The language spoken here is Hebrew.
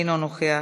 אינו נוכח.